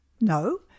No